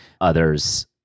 Others